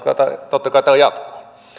totta kai täällä jatkuu ja